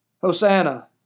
Hosanna